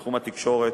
בתחום התקשורת